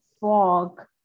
fog